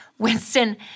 Winston